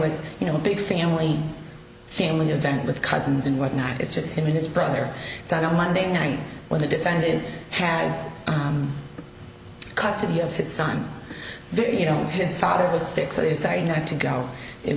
with you know a big family family event with cousins and whatnot it's just him and his brother died on monday night when the defendant has custody of his son you know his father was sick so they decided not to go it